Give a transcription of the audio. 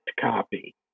copy